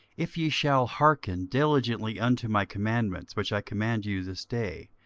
if ye shall hearken diligently unto my commandments which i command you this day,